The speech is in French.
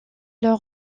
leurs